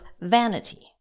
vanity